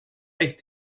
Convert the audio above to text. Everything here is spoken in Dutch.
echt